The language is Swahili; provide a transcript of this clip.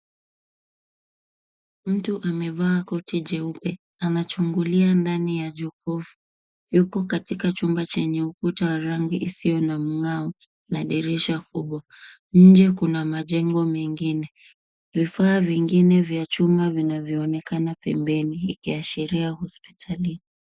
Mtu amevaa koti jeupe. Anachungulia ndani ya jokofu. Yuko katika chumba chenye ukuta wa rangi isiyo na mng'ao na dirisha kubwa. Nje kuna majengo mengine. Vifaa vingine vya chuma vinavyoonekana pembeni vikiashiria hospitali.